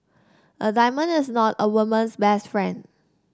a diamond is not a woman's best friend